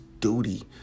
duty